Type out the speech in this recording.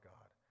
God